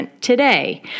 Today